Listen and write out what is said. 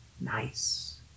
Nice